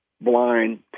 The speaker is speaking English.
blind